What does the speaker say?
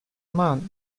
month